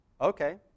Okay